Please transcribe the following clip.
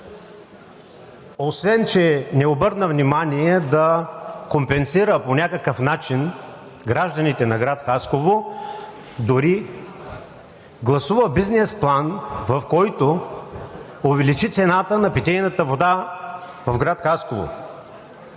освен че не обърна внимание да компенсира по някакъв начин гражданите на град Хасково, дори гласува бизнес план, в който увеличи цената на питейната вода в град Хасково.